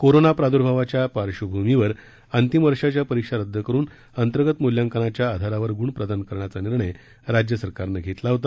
corona प्रादुर्मावाच्या पार्श्वभूमीवर अंतिम वर्षाच्या परीक्षा रद्द करून अंतर्गत मूल्यांकनाच्या आधारावर गुण प्रदान करण्याचा निर्णय राज्य सरकारनं घेतला होता